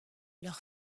leur